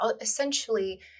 essentially